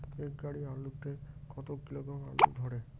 এক গাড়ি আলু তে কত কিলোগ্রাম আলু ধরে?